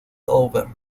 over